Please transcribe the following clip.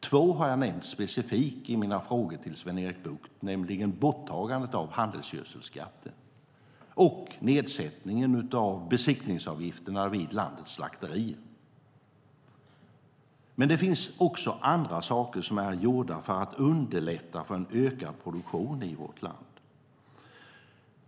Två har jag nämnt specifikt i mina frågor till Sven-Erik Bucht, nämligen borttagandet av handelsgödselskatten och nedsättningen av besiktningsavgifterna vid landets slakterier. Det finns också andra saker som är gjorda för att underlätta för en ökad produktion i vårt land.